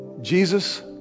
Jesus